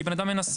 כי בן אדם מנסה.